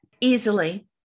Easily